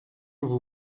vous